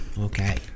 Okay